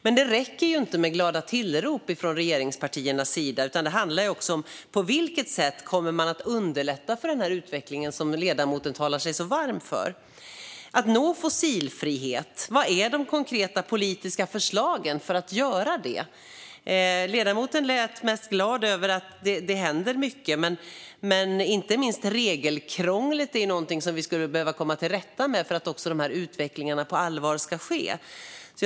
Men det räcker inte med glada tillrop från regeringspartiernas sida, utan det handlar också om på vilket sätt man kommer att underlätta för den utveckling som ledamoten talar sig så varm för. Vilka är de konkreta politiska förslagen för att nå fossilfrihet? Ledamoten lät mest glad över att det händer mycket. Men inte minst regelkrånglet är något som vi skulle behöva komma till rätta med för att utvecklingarna ska ske på allvar.